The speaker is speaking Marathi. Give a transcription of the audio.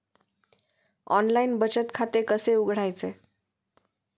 ऑनलाइन बचत खाते कसे उघडायचे?